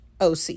OC